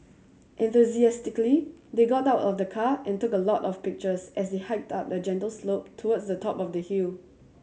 enthusiastically they got out of the car and took a lot of pictures as they hiked up a gentle slope towards the top of the hill